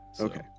Okay